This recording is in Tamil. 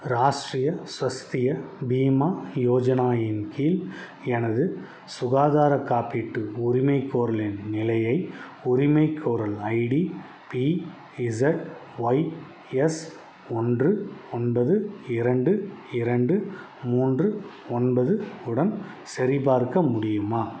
ராஷ்டிரிய ஸ்வஸ்திய பீமா யோஜனா இன் கீழ் எனது சுகாதாரக் காப்பீட்டு உரிமைக்கோரலின் நிலையை உரிமைக்கோரல் ID B Z Y S ஒன்று ஒன்பது இரண்டு இரண்டு மூன்று ஒன்பது உடன் சரிபார்க்க முடியுமா